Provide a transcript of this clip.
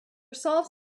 solves